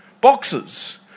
Boxes